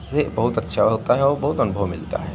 इससे बहुत अच्छा होता है और बहुत अनुभव मिलता है